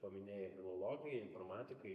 paminėjai filologai informatikai